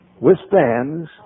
withstands